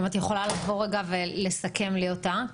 אם את יכולה לסכם לי אותה רגע?